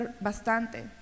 bastante